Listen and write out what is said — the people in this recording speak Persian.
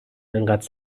انقدر